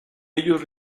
ellos